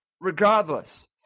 regardless